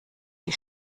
die